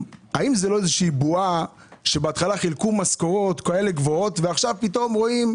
האם זה לא בועה שבהתחלה חילקו משכורות כאלה גבוהות ועכשיו פתאום רואים?